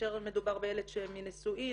כאשר מדובר בילד מנישואין,